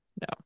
No